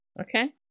Okay